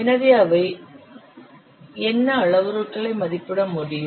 எனவே என்ன அளவுருக்களை மதிப்பிட முடியும்